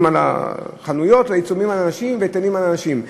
על חנויות ועיצומים על אנשים והיטלים על אנשים.